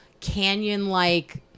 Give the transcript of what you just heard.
Canyon-like